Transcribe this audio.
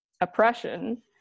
oppression